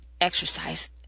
exercise